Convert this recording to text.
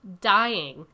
dying